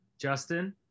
Justin